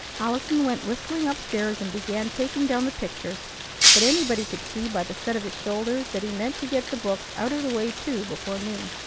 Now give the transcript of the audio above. allison went whistling up-stairs, and began taking down the pictures but anybody could see by the set of his shoulders that he meant to get the books out of the way too before noon.